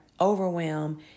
overwhelm